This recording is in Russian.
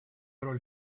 роль